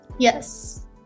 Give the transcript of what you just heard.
Yes